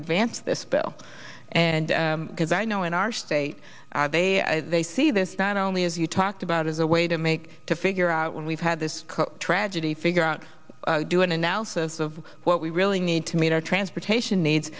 advance this bill and because i know in our state they they see this not only as you talked about as a way to make to figure out when we've had this tragedy figure out do an analysis of what we really need to meet our transportation needs